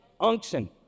Unction